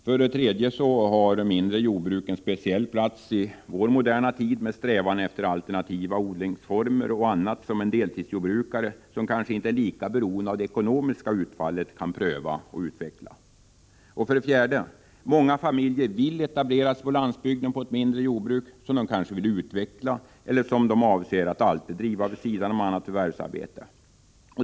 För det tredje har mindre jordbruk en speciell plats i vår moderna tid med dess strävan efter alternativa odlingsformer och annat som en deltidsjordbrukare — som kanske inte är lika beroende av det ekonomiska utfallet — kan pröva och utveckla. För det fjärde vill många familjer etablera sig på landsbygden på ett mindre jordbruk, som de kanske vill utveckla eller som de avser att alltid driva vid sidan om annat förvärvsarbete.